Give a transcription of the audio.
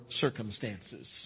circumstances